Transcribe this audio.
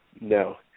No